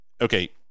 Okay